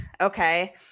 okay